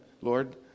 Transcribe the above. Lord